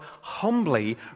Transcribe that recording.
humbly